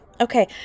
Okay